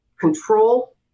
control